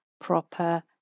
proper